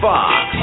Fox